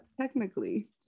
technically